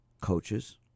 coaches